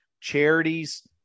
charities